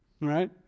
Right